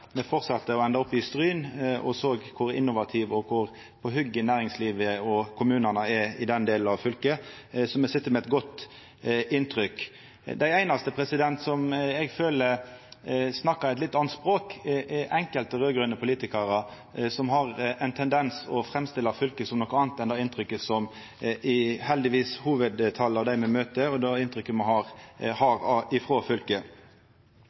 Me fortsette og enda opp i Stryn, og såg kor innovative og på hogget næringslivet og kommunane er i den delen av fylket. Så me sit igjen med eit godt inntrykk. Dei einaste som eg føler snakkar eit litt anna språk, er enkelte raud-grøne politikarar, som har ein tendens til å framstilla fylket som noko anna enn det me heldigvis ser av hovudtala og dei me møter, og det inntrykket me har frå fylket.